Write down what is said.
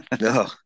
No